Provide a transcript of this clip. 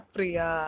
Priya